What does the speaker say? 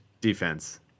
defense